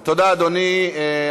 תודה, אדוני.